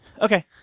Okay